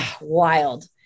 Wild